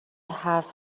حرف